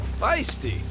feisty